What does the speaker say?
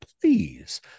please